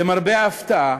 למרבה ההפתעה,